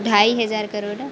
ढाई हज़ार करो ना